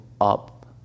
up